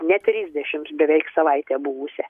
ne trisdešims beveik savaitę buvusią